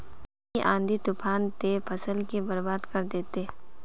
इ आँधी तूफान ते फसल के बर्बाद कर देते?